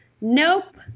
Nope